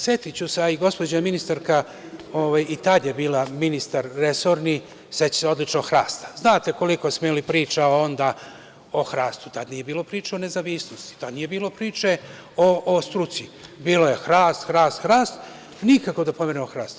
Setiću se, a i gospođa ministarka i tada je bila ministar resorni, seća se odlično hrasta, znate koliko smo imali priča onda o hrastu, tada nije bilo priče o nezavisnosti, tada nije bilo priče o struci, bilo je hrast, hrast, hrast, nikako da pomerimo hrast.